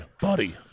Buddy